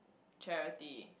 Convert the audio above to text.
charity